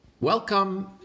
Welcome